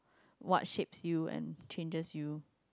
what shape you and changes you